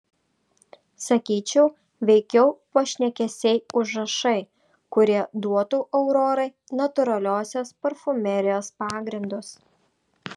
sakyčiau veikiau pašnekesiai užrašai kurie duotų aurorai natūraliosios parfumerijos pagrindus